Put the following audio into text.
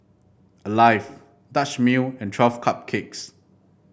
Alive Dutch Mill and Twelve Cupcakes